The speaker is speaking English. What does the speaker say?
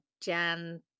Jan